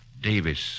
Davis